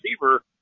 receiver